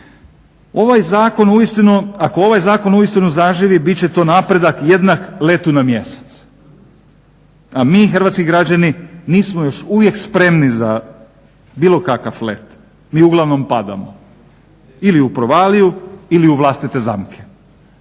ako ovaj zakon uistinu zaživi bit će to napredak jednak letu na Mjesec, a mi hrvatski građani nismo još uvijek spremni za bilo kakav let. Mi uglavnom padamo ili u provaliju ili u vlastite zamke.